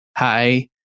Hi